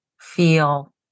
feel